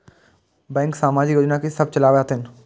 Bank समाजिक योजना की सब चलावै छथिन?